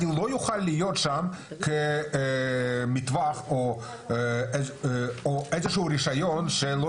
אני לא אוכל להיות שם כמטווח או איזשהו רישיון שלא